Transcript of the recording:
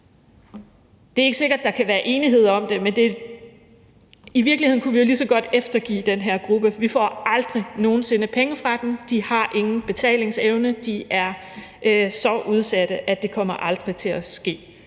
Det er ikke sikkert, der kan være enighed om det, men i virkeligheden kunne vi jo lige så godt eftergive den her gruppes gæld. Vi får aldrig nogen sinde penge fra dem, de har ingen betalingsevne, de er så udsatte, at det aldrig kommer til at ske